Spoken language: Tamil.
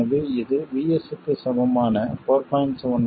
எனவே இது VS க்கு சமமான 4